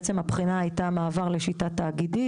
ובעצם הבחנה הייתה מעבר לשיטה תאגידית.